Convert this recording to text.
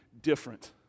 different